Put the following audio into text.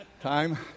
time